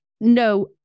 no